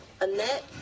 Annette